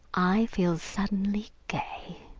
i feel suddenly gay.